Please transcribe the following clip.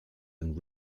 and